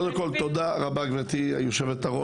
קודם כול, תודה רבה גברתי היושבת-ראש.